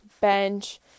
bench